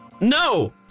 No